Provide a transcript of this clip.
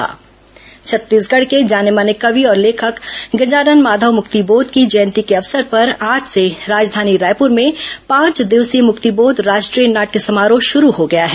मुक्तिबोध नाटय समारोह छत्तीसगढ़ के जाने माने कवि और लेखक गजानन माधव मुक्तिबोध की जयंती के अवसर पर आज से राजधानी रायपुर में पांच दिवसीय मुक्तिबोध राष्ट्रीय नाट्य समारोह शुरू हो गया है